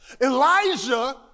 Elijah